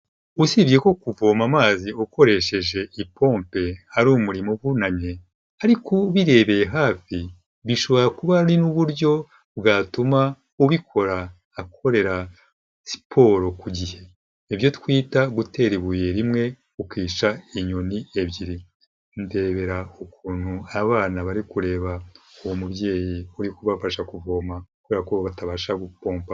Usibye ko kuvoma amazi ukoresheje ipompe ari umurimo uvunannye, ariko ubirebeye hafi bishobora kuba ari n'uburyo bwatuma ubikora akorera siporo ku gihe ibyo twita gutera ibuye rimwe ukica inyoni ebyiri, ndebera ukuntu abana bari kureba uwo mubyeyi uri kubafasha kuvoma kubera ko batabasha gupompa.